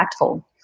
impactful